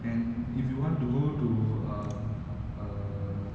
and if you want to go to um uh